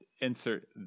insert